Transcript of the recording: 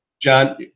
John